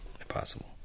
impossible